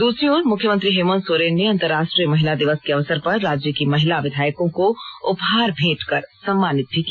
दूसरी ओर मुख्यमंत्री हेमंत सोरेन ने अंतरराष्ट्रीय महिला दिवस के अवसर पर राज्य की महिला विधायकों को उपहार भेंट कर सम्मानित भी किया